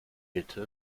bitte